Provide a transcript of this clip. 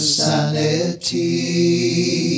sanity